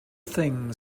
thing